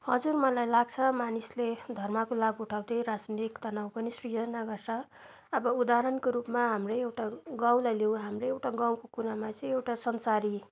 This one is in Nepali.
हजुर मालई लाग्छ मानिसले धर्मको लाभ उठाउँथे राजनीतिक तनाव पनि सृजना गर्छ अब उदाहरणको रूपमा हाम्रो एउटा गाउँलाई लियौँ हाम्रो एउटा गाउँको कुरामा चाहिँ एउटा संसारी